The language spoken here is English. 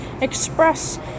express